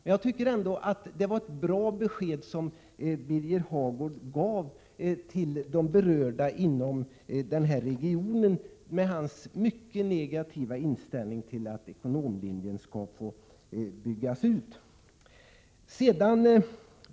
Jag tycker ändå att det var ett bra besked som Birger Hagård gav till de berörda inom den här regionen — med den mycket negativa inställning han har till att ekonomlinjen skall få byggas ut.